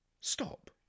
stop